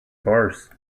bars